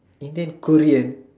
Indian Korean